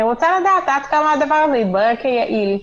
אני רוצה לדעת עד כמה הדבר הזה התברר כיעיל.